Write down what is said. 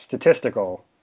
statistical